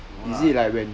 no lah